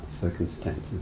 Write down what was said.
circumstances